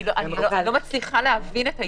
אני לא מצליחה להבין את האיזון.